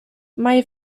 mae